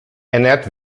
ernährt